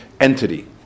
entity